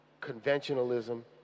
conventionalism